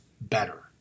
better